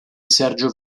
sergio